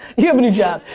you have a new job.